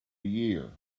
year